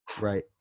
right